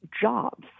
jobs